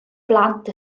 blant